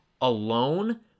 alone